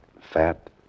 fat